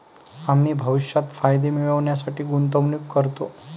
आम्ही भविष्यात फायदे मिळविण्यासाठी गुंतवणूक करतो